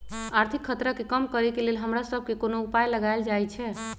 आर्थिक खतरा के कम करेके लेल हमरा सभके कोनो उपाय लगाएल जाइ छै